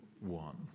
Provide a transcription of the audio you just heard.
one